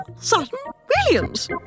Sutton-Williams